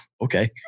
okay